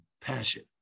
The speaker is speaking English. passion